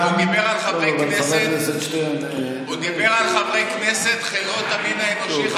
הוא אמר על חברי כנסת "חלאות המין האנושי".